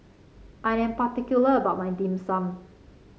I am particular about my Dim Sum